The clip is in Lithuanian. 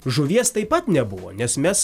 žuvies taip pat nebuvo nes mes